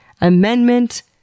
Amendment